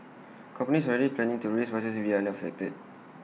companies are already planning to raise prices if they are affected